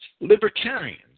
libertarians